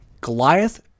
Goliath